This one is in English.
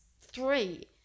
three